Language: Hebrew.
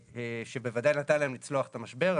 שבוודאי נתן להם לצלוח את המשבר.